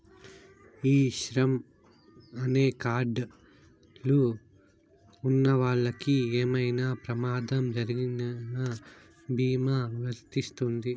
ఈ శ్రమ్ అనే కార్డ్ లు ఉన్నవాళ్ళకి ఏమైనా ప్రమాదం జరిగిన భీమా వర్తిస్తుంది